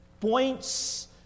points